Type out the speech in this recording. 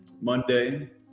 Monday